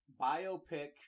biopic